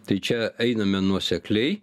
tai čia einame nuosekliai